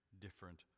different